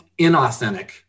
inauthentic